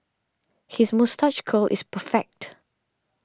his moustache curl is perfect